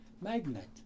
magnet